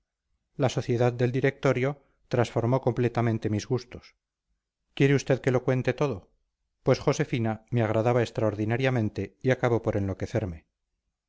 la sociedad del directorio transformó completamente mis gustos quiere usted que lo cuente todo pues josefina me agradaba extraordinariamente y acabó por enloquecerme